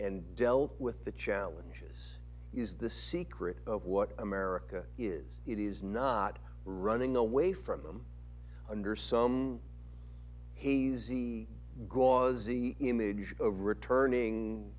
and dealt with the challenges is the secret of what america is it is not running away from them under some hazy gauzy image of returning